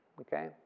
Okay